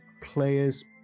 players